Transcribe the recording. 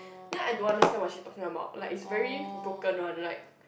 then I don't understand what she talking about like it's very like broken one like